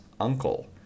uncle